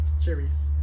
Cherries